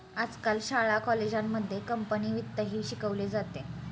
आजकाल शाळा कॉलेजांमध्ये कंपनी वित्तही शिकवले जाते